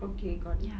okay got it